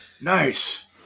Nice